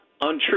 untrue